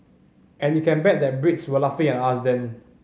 and you can bet that Brits were laughing at us then